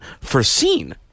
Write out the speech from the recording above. foreseen